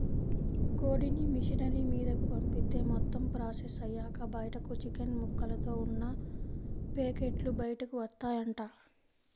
కోడిని మిషనరీ మీదకు పంపిత్తే మొత్తం ప్రాసెస్ అయ్యాక బయటకు చికెన్ ముక్కలతో ఉన్న పేకెట్లు బయటకు వత్తాయంట